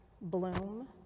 bloom